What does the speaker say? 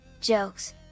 jokes